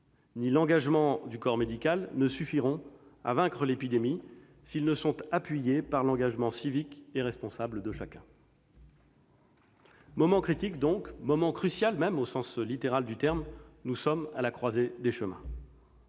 ni l'engagement du corps médical ne suffiront à vaincre l'épidémie s'ils ne sont appuyés par l'engagement civique et responsable de chacun. Il s'agit d'un moment critique, donc, d'un moment crucial même, au sens littéral du terme : nous sommes à la croisée des chemins.